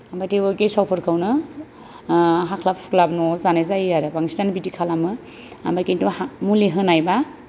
ओमफ्राय थेवबो गेसावफोरखौनो ओ हाख्लाब हुख्लाब न'आव जानाय जायो आरो बांसिनानो बिदि खालामो ओमफ्राय किन्तु मुलि होनायबा